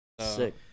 sick